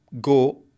go